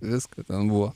visko ten buvo